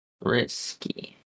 Risky